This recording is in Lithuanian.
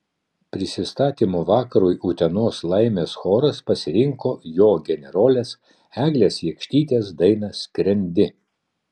prisistatymo vakarui utenos laimės choras pasirinko jo generolės eglės jakštytės dainą skrendi